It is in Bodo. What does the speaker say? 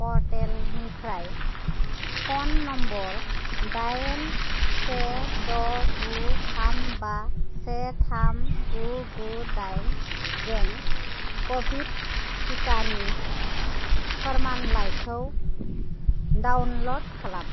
प'र्टेलनिफ्राय फ'न नम्बर दाइन से द' गु थाम बा से थाम गु गु दाइनजों क'विड टिकानि फोरमानलाइखौ डाउनल'ड खालाम